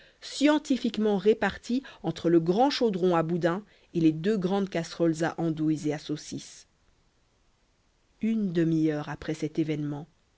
scientifiquement réparti entre le grand chaudron à boudins et les deux grandes casseroles à andouilles et à saucisses une demi-heure après cet événement